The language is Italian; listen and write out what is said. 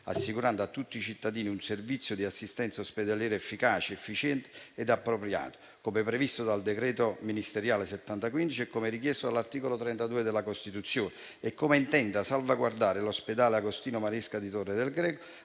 assicurando a tutti i cittadini un servizio di assistenza ospedaliera efficace, efficiente e appropriato, come previsto dal decreto ministeriale n. 70 del 2015 e come richiesto all'articolo 32 della Costituzione; nonché come intenda salvaguardare l'ospedale Agostino Maresca di Torre del Greco,